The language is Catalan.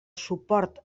suport